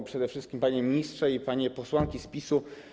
A przede wszystkim: Panie Ministrze i Panie Posłanki z PiS-u!